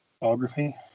Biography